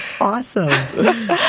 awesome